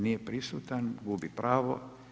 Nije prisutan gubi pravo.